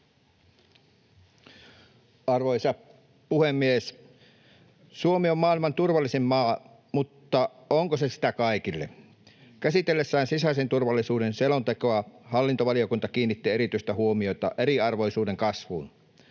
Arvoisa puhemies! Suomi on maailman turvallisin maa, mutta onko se sitä kaikille? Käsitellessään sisäisen turvallisuuden selontekoa hallintovaliokunta kiinnitti erityistä huomiota eriarvoisuuden kasvuun.